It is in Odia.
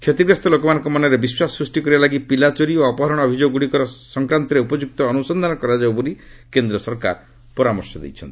କ୍ଷତିଗ୍ରସ୍ତ ଲୋକମାନଙ୍କ ମନରେ ବିଶ୍ୱାସ ସୃଷ୍ଟି କରିବା ଲାଗି ପିଲା ଚୋରି ଓ ଅପହରଣ ଅଭିଯୋଗଗ୍ରଡ଼ିକ ସଂକ୍ରାନ୍ତରେ ଉପଯୁକ୍ତ ଅନ୍ରସନ୍ଧାନ କରାଯାଉ ବୋଲି କେନ୍ଦ୍ର ସରକାର ପରାମର୍ଶ ଦେଇଛନ୍ତି